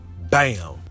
Bam